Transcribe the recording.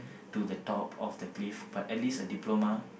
to the top of the cliff but at least a diploma